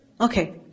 Okay